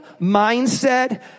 mindset